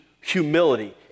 humility